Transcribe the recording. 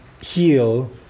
heal